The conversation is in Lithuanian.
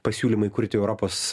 pasiūlymai kurti europos